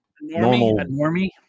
normal